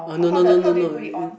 oh no no no no no you